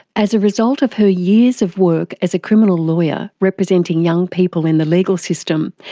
as a result of her years of work as a criminal lawyer representing young people in the legal system,